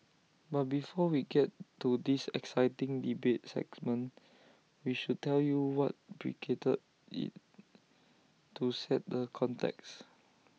but before we get to this exciting debate segment we should tell you what preceded IT to set the context